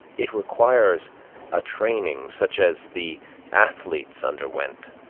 it requires a training such as the athletes underwent,